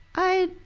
i,